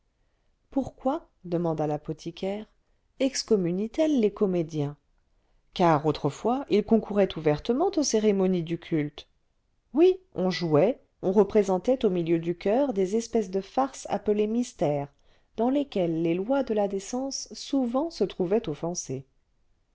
pourquoi demanda l'apothicaire excommunie t elle les comédiens car autrefois ils concouraient ouvertement aux cérémonies du culte oui on jouait on représentait au milieu du choeur des espèces de farces appelées mystères dans lesquelles les lois de la décence souvent se trouvaient offensées